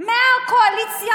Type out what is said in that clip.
מהקואליציה,